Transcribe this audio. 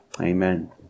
Amen